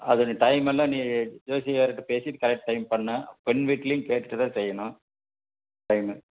அது டைமெல்லாம் ஜோசியக்கார்க்கிட்டே பேசிவிட்டு கரெக்ட் டைம் பண்ணணும் பெண் வீட்டிலையும் கேட்டுவிட்டு தான் செய்யணும் டைமு